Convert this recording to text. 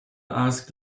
ask